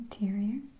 interior